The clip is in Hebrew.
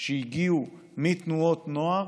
שהגיעו מתנועות נוער,